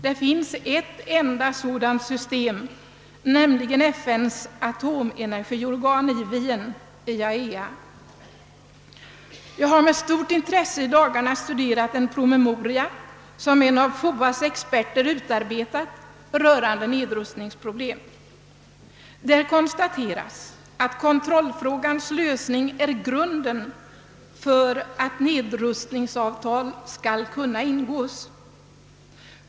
Vi har ett enda sådant system, nämligen FN:s atomenergiorgan i Wien, IAEA. Jag har med stort intresse i dagarna studerat en promemoria som en av FOA:s experter utarbetat rörande nedrustningsproblem. Däri konstateras att kontrollfrågans lösning är grunden för att nedrustningsavtal skall kunna ingås.